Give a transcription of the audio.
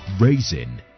Raising